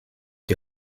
die